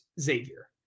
Xavier